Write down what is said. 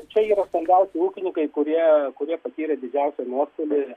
čia yra stambiausi ūkininkai kurie kurie patyrė didžiausią nuostolį